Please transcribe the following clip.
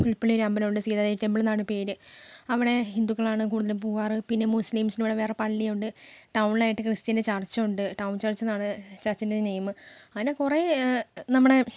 പുൽപ്പള്ളിയിൽ ഒരു അമ്പലമുണ്ട് സീത ദേവി ടെംപിൾ എന്നാണ് പേര് അവിടെ ഹിന്ദുക്കളാണ് കൂടുതലും പോവാറ് പിന്നെ മുസ്ലിംസിന് ഇവിടെ വേറെ പള്ളിയുണ്ട് ടൗണിലായിട്ട് ക്രിസ്ത്യൻ്റെ ചർച്ച് ഉണ്ട് ടൗൺ ചർച്ച് എന്നാണ് ചർച്ചിൻ്റെ നെയിം അങ്ങനെ കുറേ നമ്മുടെ